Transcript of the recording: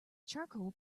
charcoal